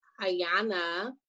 Ayana